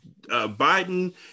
Biden